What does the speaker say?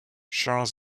share